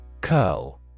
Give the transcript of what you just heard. Curl